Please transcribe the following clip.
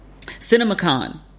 CinemaCon